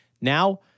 Now